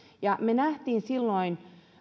me näimme silloin